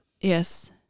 Yes